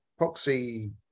poxy